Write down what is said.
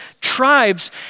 tribes